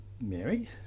Mary